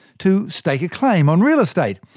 to stake a claim on real estate,